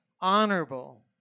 honorable